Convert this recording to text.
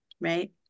right